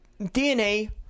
DNA